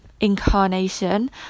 incarnation